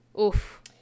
Oof